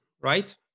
right